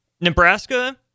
Nebraska